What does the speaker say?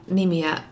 nimiä